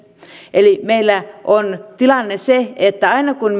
eli meillä on tilanne se että aina kun